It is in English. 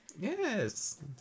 Yes